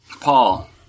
Paul